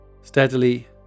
Steadily